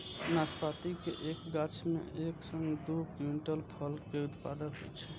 नाशपाती के एक गाछ मे एक सं दू क्विंटल फल के उत्पादन होइ छै